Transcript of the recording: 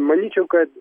manyčiau kad